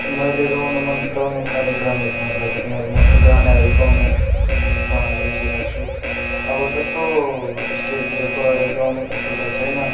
मैले गाउन मन पराउने कार्यक्रमहरू भन्दाको त्यहाँ अब म त गानाहरू गाउनुमा रुचि राख्छु अब त्यस्तो स्टेजतिर गएर गाउने त्यस्तो त छैन